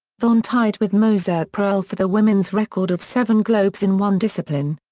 vonn tied with moser-proell for the women's record of seven globes in one discipline.